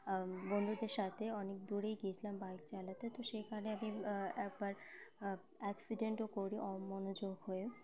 বন্ধুদের সাথে অনেক দূরেই গিয়েছিলাম বাইক চালাতে তো সেখানে আমি একবার অ্যাক্সিডেন্টও করি অমনোযোগ হয়ে